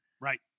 Right